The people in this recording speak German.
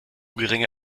geringe